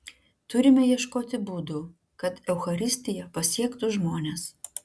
turime ieškoti būdų kad eucharistija pasiektų žmones